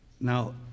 Now